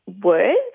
words